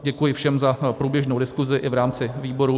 Děkuji všem za průběžnou diskusi i v rámci výboru.